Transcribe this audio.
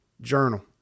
Journal